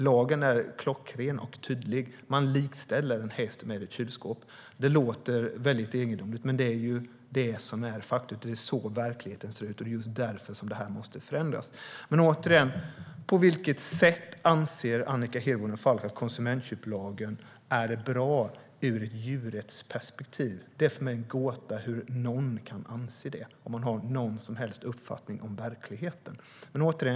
Lagen är klockren och tydlig: Man likställer en häst med ett kylskåp. Det låter väldigt egendomligt, men det är så verkligheten ser ut, och det är just därför som detta måste förändras. Återigen: På vilket sätt anser Annika Hirvonen Falk att konsumentköplagen är bra ur ett djurrättsperspektiv? Det är för mig en gåta att någon kan anse det. Har man någon som helst uppfattning om verkligheten?